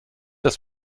das